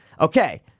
okay